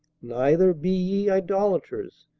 neither, be ye idolators,